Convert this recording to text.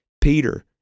Peter